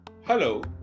Hello